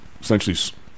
essentially